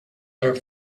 are